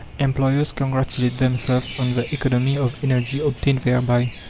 employers congratulate themselves on the economy of energy obtained thereby.